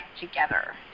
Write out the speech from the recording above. together